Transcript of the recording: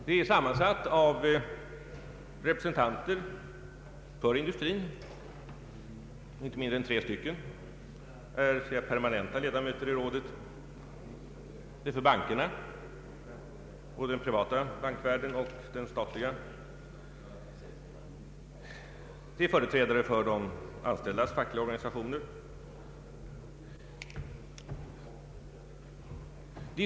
Det är sammansatt av representanter för industrin — inte mindre än tre personer är permanenta ledamöter i rådet — för bankerna — både den privata och den statliga — samt för de anställdas fackliga organisationer.